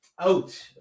out